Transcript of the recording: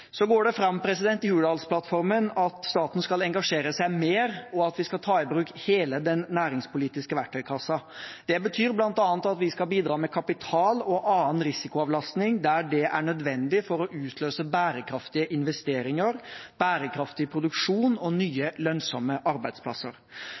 Så går det fram av Hurdalsplattformen at staten skal engasjere seg mer, og at vi skal ta i bruk hele den næringspolitiske verktøykassen. Det betyr bl.a. at vi skal bidra med kapital og annen risikoavlastning der det er nødvendig for å utløse bærekraftige investeringer, bærekraftig produksjon og nye,